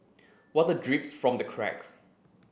water drips from the cracks